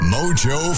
Mojo